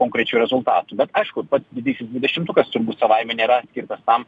konkrečiu rezultatu bet aišku pats didysis dvidešimtukas savaime nėra skirtas tam